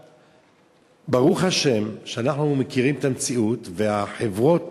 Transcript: ברוך השם שאנחנו מכירים את המציאות, וחברות